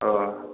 हां